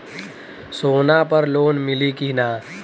सोना पर लोन मिली की ना?